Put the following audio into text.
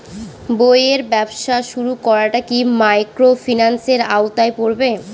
বইয়ের ব্যবসা শুরু করাটা কি মাইক্রোফিন্যান্সের আওতায় পড়বে?